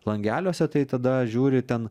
langeliuose tai tada žiūri ten